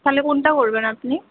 তাহলে কোনটা করবেন আপনি